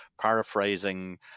Paraphrasing